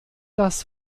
das